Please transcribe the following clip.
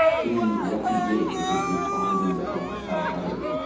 doing what he did, which is responding to help out others.